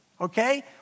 okay